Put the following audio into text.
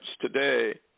today